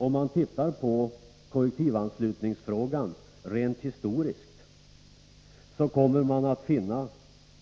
Om man ser på kollektivanslutningsfrågan rent historiskt, finner man,